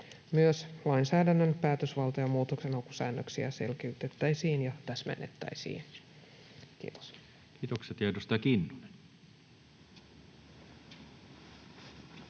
Myös lainsäädännön päätösvalta- ja muutoksenhakusäännöksiä selkeytettäisiin ja täsmennettäisiin. — Kiitos.